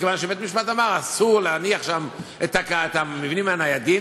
מכיוון שבית-המשפט אמר: אסור להניח שם את המבנים הניידים,